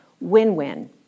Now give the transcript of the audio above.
Win-win